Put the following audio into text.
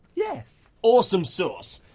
yes. awesome sauce.